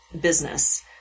business